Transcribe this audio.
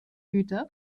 güter